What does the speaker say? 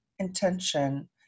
intention